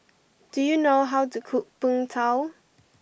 do you know how to cook Png Tao